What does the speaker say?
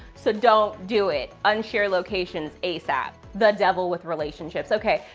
so don't do it. un-share locations asap. the devil with relationships. okay,